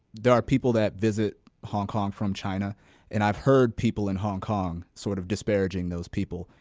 there are people that visit hong kong, from china and i've heard people in hong kong, sort of disparaging those people.